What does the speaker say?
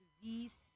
disease